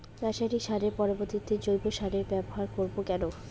রাসায়নিক সারের পরিবর্তে জৈব সারের ব্যবহার করব কেন?